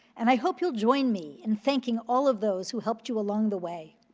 and i hope you'll join me in thanking all of those who helped you along the way.